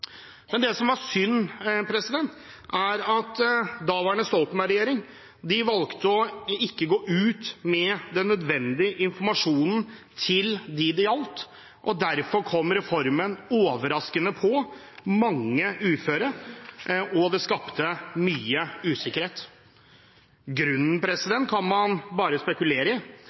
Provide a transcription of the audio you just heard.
Det som var synd, var at daværende Stoltenberg-regjering valgte ikke å gå ut med den nødvendige informasjonen til dem det gjaldt. Derfor kom reformen overraskende på mange uføre, og det skapte mye usikkerhet. Grunnen